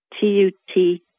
T-U-T